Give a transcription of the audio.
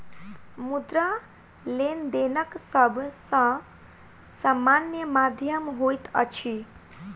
मुद्रा, लेनदेनक सब सॅ सामान्य माध्यम होइत अछि